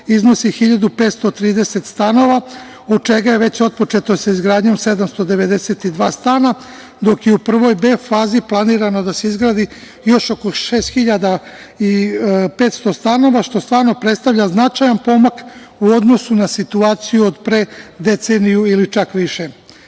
iznosi 1530 stanova, od čega je već otpočeto sa izgradnjom 792 stana, dok je u prvoj B fazi planirano da se izgradi još oko 6.500 stanova, što stvarno predstavlja značajan pomak u odnosu na situaciju na pre od deceniju ili čak više. Tako